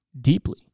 deeply